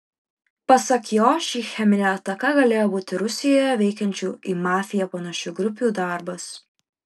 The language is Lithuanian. pasak jo ši cheminė ataka galėjo būti rusijoje veikiančių į mafiją panašių grupių darbas